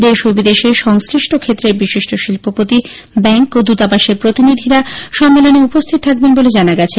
দেশ ও বিদেশের সংশ্লিষ্ট ক্ষেত্রের বিশিষ্ট শিল্পপতিব্যাংক ও দৃতাবাসের প্রতিনিধিরা সম্মেলনে উপস্থিত থাকবেন বলে জানা গেছে